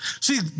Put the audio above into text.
See